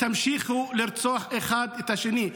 המשיכו לרצוח אחד את השני.